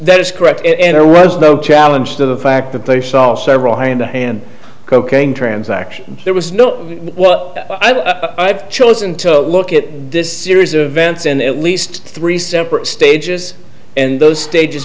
that is correct and there was no challenge to the fact that they saw several hand to hand cocaine transaction there was no what i've chosen to look at this series of events and at least three separate stages and those stages